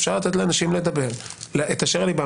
אפשר לתת לאנשים לדבר את אשר על ליבם.